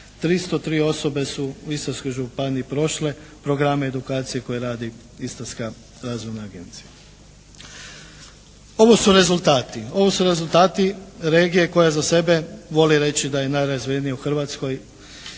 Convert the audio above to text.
303 osobe su u Istarskoj županiji prošle programe edukacije koje radi Istarska razvojna agencija. Ovo su rezultati. Ovo su rezultati regija i koje za sebe vole reći da je najrazvijenija u Hrvatskoj